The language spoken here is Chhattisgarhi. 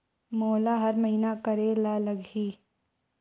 मोला हर महीना करे ल लगही?